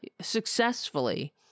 successfully